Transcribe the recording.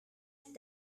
had